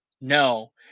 No